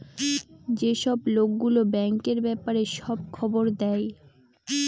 যেসব লোক গুলো ব্যাঙ্কের ব্যাপারে সব খবর দেয়